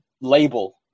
label